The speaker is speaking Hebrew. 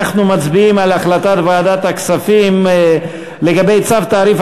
אנחנו מצביעים על החלטת ועדת הכספים לגבי צו תעריף